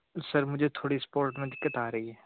sir मुझे थोड़ी sport में दिक्कत आ रही है